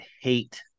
hate